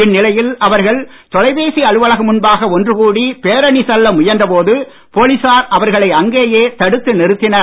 இந்நிலையில் அவர்கள் தொலைபேசி அலுவலகம் முன்பாக ஒன்றுகூடி பேரணி செல்ல முயன்ற போது போலீசார் அவர்களை அங்கேயே தடுத்து நிறுத்தினர்